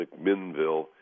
McMinnville